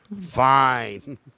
Fine